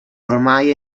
ormai